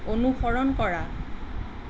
অনুসৰণ কৰা